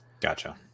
Gotcha